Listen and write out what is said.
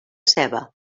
ceba